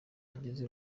wagize